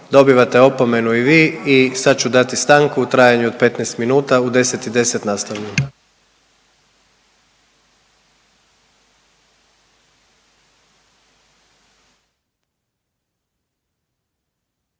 dobivate opomenu i vi i sad ću dati stanku u trajanju od 15 minuta. U 10